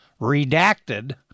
redacted